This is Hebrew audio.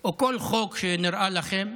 או כל חוק שנראה לכם,